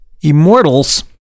immortals